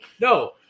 No